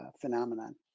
phenomenon